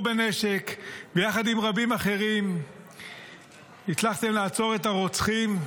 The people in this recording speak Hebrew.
אחזתם בנשק ויחד עם רבים אחרים הצלחתם לעצור את הרוצחים.